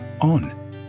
on